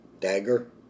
dagger